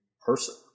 person